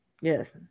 Yes